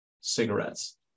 cigarettes